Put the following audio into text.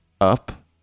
up